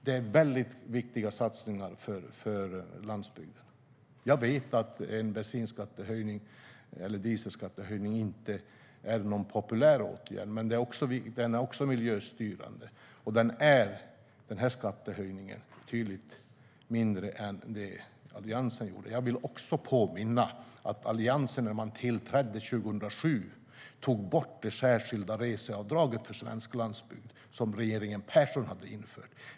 Det är väldigt viktiga satsningar för landsbygden. Jag vet att en dieselskattehöjning inte är någon populär åtgärd, men den är miljöstyrande, och den här skattehöjningen är betydligt lägre än den som Alliansen genomförde. Låt mig påminna om att Alliansen 2007 tog bort det särskilda reseavdrag för svensk landsbygd som regeringen Persson hade infört.